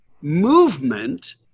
movement